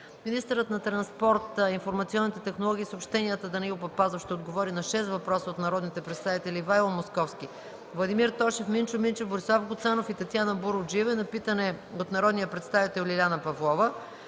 Министърът на транспорта, информационните технологии и съобщенията Данаил Папазов ще отговори на шест въпроса от народните представители Ивайло Московски (два въпроса), Владимир Тошев, Минчо Минчев, Борислав Гуцанов и Татяна Буруджиева, и на питане от народния представител Лиляна Павлова.